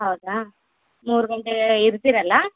ಹೌದಾ ಮೂರು ಗಂಟೇಗೆ ಇರ್ತೀರಲ್ಲಾ